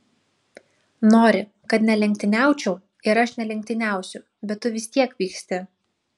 nori kad nelenktyniaučiau ir aš nelenktyniausiu bet tu vis tiek pyksti